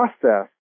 process